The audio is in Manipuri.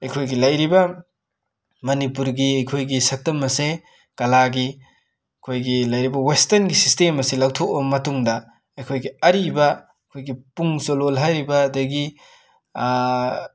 ꯑꯩꯈꯣꯏꯒꯤ ꯂꯩꯔꯤꯕ ꯃꯅꯤꯄꯨꯔꯒꯤ ꯑꯩꯈꯣꯏꯒꯤ ꯁꯛꯇꯝ ꯑꯁꯦ ꯀꯂꯥꯒꯤ ꯑꯩꯈꯣꯏꯒꯤ ꯂꯩꯔꯤꯕ ꯋꯦꯁꯇꯟꯒꯤ ꯁꯤꯁꯇꯦꯝ ꯑꯁꯤ ꯂꯧꯊꯣꯛꯑ ꯃꯇꯨꯡꯗ ꯑꯩꯈꯣꯏꯒꯤ ꯑꯔꯤꯕ ꯑꯩꯈꯣꯏꯒꯤ ꯄꯨꯡ ꯆꯣꯂꯣꯝ ꯍꯥꯏꯔꯤꯕ ꯑꯗꯒꯤ